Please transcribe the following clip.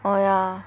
oh yeah